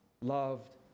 loved